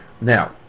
Now